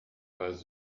pas